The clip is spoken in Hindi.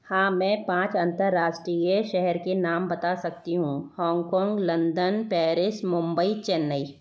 हाँ मै पाँच अन्तर्राष्ट्रीय शहर के नाम बता सकती हूँ Hong Kong London Paris Mumbai Chennai